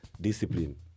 discipline